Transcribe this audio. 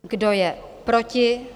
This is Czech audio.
Kdo je proti?